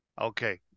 Okay